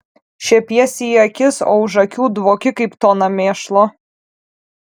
šiepiesi į akis o už akių dvoki kaip tona mėšlo